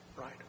right